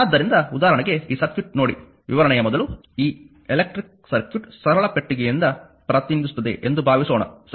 ಆದ್ದರಿಂದ ಉದಾಹರಣೆಗೆ ಈ ಸರ್ಕ್ಯೂಟ್ ನೋಡಿ ವಿವರಣೆಯ ಮೊದಲು ಈ ಎಲೆಕ್ಟ್ರಿಕ್ ಸರ್ಕ್ಯೂಟ್ ಸರಳ ಪೆಟ್ಟಿಗೆಯಿಂದ ಪ್ರತಿನಿಧಿಸುತ್ತದೆ ಎಂದು ಭಾವಿಸೋಣ ಸರಿ